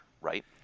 right